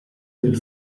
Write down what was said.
del